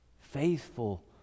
faithful